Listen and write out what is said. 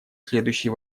следующие